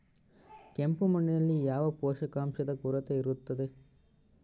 ಕೆಂಪು ಮಣ್ಣಿನಲ್ಲಿ ಯಾವ ಪೋಷಕಾಂಶದ ಕೊರತೆ ಇರುತ್ತದೆ?